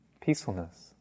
peacefulness